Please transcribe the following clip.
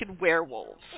werewolves